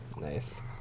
Nice